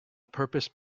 purpose